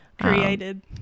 Created